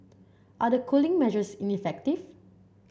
are the cooling measures ineffective